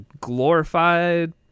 glorified